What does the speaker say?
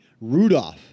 Rudolph